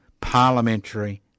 parliamentary